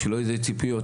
שלא יהיה איזה ציפיות,